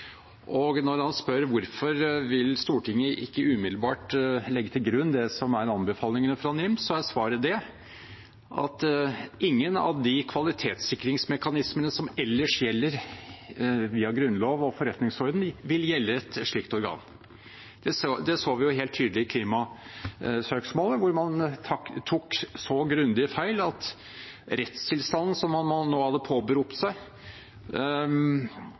Og når han spør hvorfor Stortinget ikke umiddelbart vil legge til grunn det som er anbefalingene fra NIM, er svaret at ingen av de kvalitetssikringsmekanismene som ellers gjelder via grunnlov og forretningsorden, vil gjelde for et slikt organ. Det så vi helt tydelig i klimasøksmålet, der man tok så grundig feil av rettstilstanden man hadde påberopt seg,